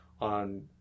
on